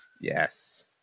yes